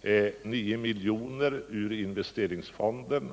främst gällt ett driftsstöd med 9 milj.kr. ur investeringsfonden.